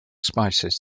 spices